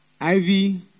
Ivy